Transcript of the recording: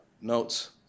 notes